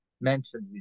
mentioned